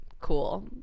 Cool